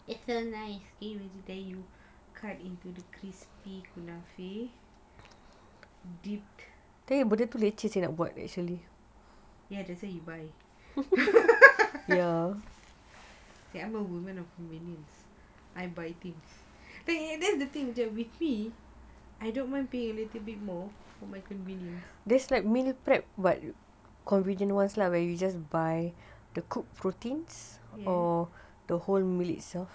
it's so nice you cut into the crispy kanafeh yes just so you buy !hey! I'm a woman of convenience when I buy things and the thing is I don't mind paying a little bit more for my convenience yes